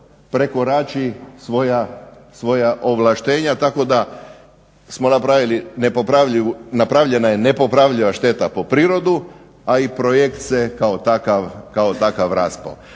prekorači svoja ovlaštenja, tako da je napravljena nepopravljiva šteta po prirodu, a i projekt se kao takav raspravo.